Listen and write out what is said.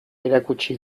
erakutsi